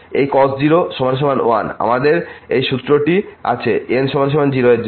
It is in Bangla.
এই cos 0 1 এবং আমাদের এই সূত্রটি ঠিক আছে n 0 এর জন্য